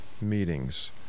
meetings